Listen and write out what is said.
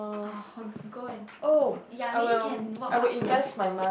orh go and ya maybe can work up to a